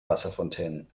wasserfontänen